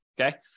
okay